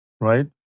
right